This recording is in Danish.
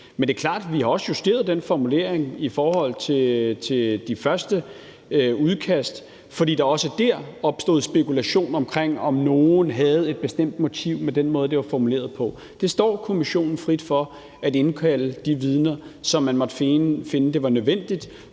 Men det er klart, at vi også har justeret den formulering i forhold til de første udkast, fordi der også der opstod spekulation om, om nogen havde et bestemt motiv med den måde, det var formuleret på. Det står kommissionen frit for at indkalde de vidner, som man måtte finde nødvendigt